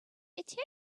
return